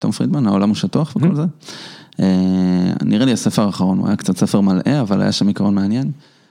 תום פרידמן, העולם הוא שטוח וכל זה, נראה לי הספר האחרון הוא היה קצת ספר מלאה, אבל היה שם עקרון מעניין.